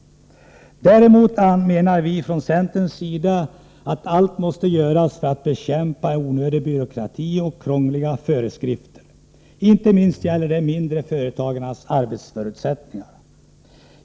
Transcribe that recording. Däremot menar vi från centerns sida att allt måste göras för att bekämpa onödig byråkrati och krångliga föreskrifter. Inte minst gäller det de mindre företagens arbetsförutsättningar.